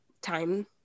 time